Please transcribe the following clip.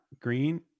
Green